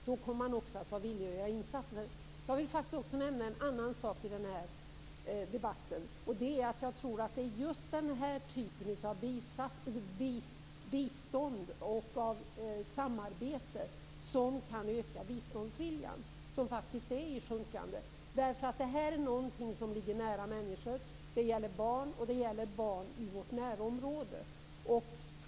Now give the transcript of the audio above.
Då kommer de också att vara villiga att göra insatser. Jag vill också nämna en annan sak i debatten, nämligen att jag tror att det är just den här typen av bistånd och samarbete som kan öka biståndsviljan, vilken faktiskt är i sjunkande. Det här är något som ligger nära människor. Det gäller barn, och det gäller barn i vårt närområde.